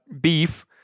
beef